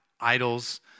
Idols